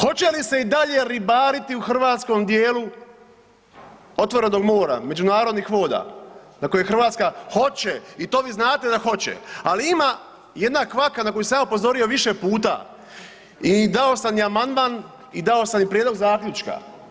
Hoće li se i dalje ribariti u hrvatskom dijelu otvorenog mora, međunarodnih voda na koje Hrvatska, hoće i to vi znate da hoće, ali ima jedna kvaka na koju sam ja upozorio više puta i dao sam i amandman i dao sam i prijedlog zaključka.